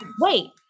Wait